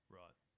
right